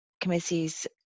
committees